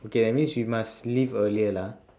okay that means you must leave earlier lah